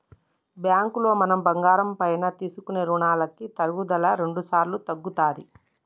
బ్యాంకులో మనం బంగారం పైన తీసుకునే రుణాలకి తరుగుదల రెండుసార్లు తగ్గుతది